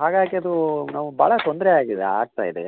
ಹಾಗಾಗಿ ಅದು ನಾವು ಭಾಳ ತೊಂದರೆ ಆಗಿದೆ ಆಗ್ತಾಯಿದೆ